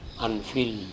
unfilled